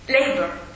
labor